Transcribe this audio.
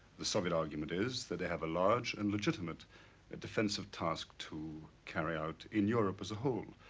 the soviet argument is that they have a large and legitimate defensive task to carry out in europe as a whole.